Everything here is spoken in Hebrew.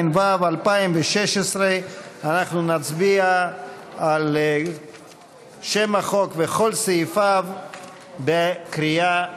התשע"ו 2016. אנחנו נצביע על שם החוק ועל כל סעיפיו בקריאה שנייה.